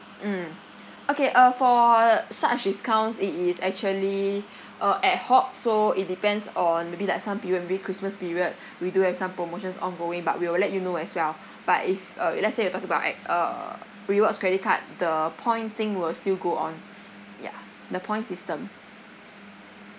mm okay uh for such discounts it is actually uh ad hoc so it depends on maybe like some period maybe christmas period we do have some promotions ongoing but we will let you know as well but if uh let's say you're talking about like uh rewards credit card the points thing will still go on yeah the point system